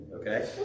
okay